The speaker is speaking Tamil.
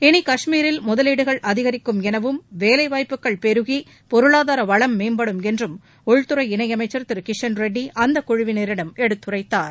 இளி காஷ்மீரில் முதலீடுகள் அதிகரிக்கும் எனவும் வேலைவாய்ப்புகள் பெருகி பொருளாதார வளம் மேற்படும் என்றும் உள்துறை இணையமைச்சர் திரு கிஷன் ரெட்டி அந்த குழுவினரிடம் எடுத்துரைத்தார்